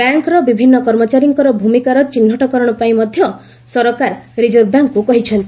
ବ୍ୟାଙ୍କର ବିଭିନ୍ନ କର୍ମଚାରୀଙ୍କର ଭୂମିକାର ଚିହ୍ରଟ କରଣ ପାଇଁ ମଧ୍ୟ ସରକାର ରିଜର୍ଭ ବ୍ୟାଙ୍କ୍କୁ କହିଛନ୍ତି